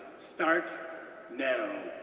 start now.